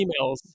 emails